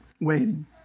waiting